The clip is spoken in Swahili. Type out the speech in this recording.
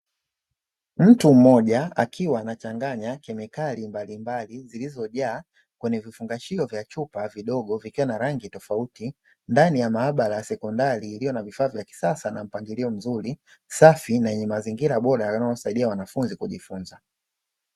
Mtu mmoja akiwa anachanganya kemikali mbalimbali, zilizojaa kwenye vifungashio vya chupa vidogo, vikiwa na rangi tofauti ndani ya maabara ya sekondari iliyo na vifaa vya kisasa na mpangilio mzuri, safi na yenye mazingira bora yanayosaidia wanafunzi kujifunza.